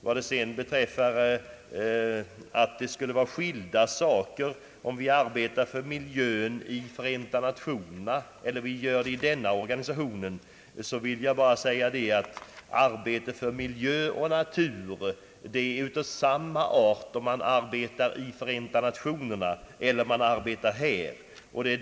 Beträffande resonemanget att det är två skilda saker att arbeta för miljövård i Förenta nationerna och i IUCN vill jag endast säga att arbetet för miljö och natur är av samma slag vare sig man utför detta arbete i FN eller i IUCN.